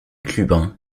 clubin